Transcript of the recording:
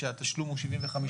כאשר יש נכות של 60% אי-כושר,